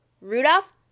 Rudolph